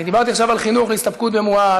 אני דיברתי עכשיו על חינוך להסתפקות במועט,